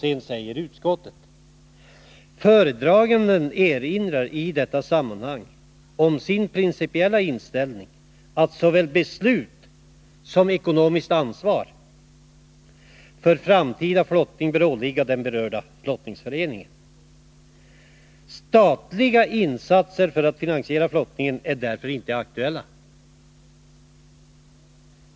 Sedan säger utskottet: ”Föredraganden erinrar i detta sammanhang om sin principiella inställning att såväl beslut som ekonomiskt ansvar för framtida flottning bör åligga den berörda flottningsföreningen. Statliga insatser för att finansiera flottningen är därför inte aktuella.